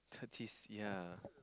thirties yeah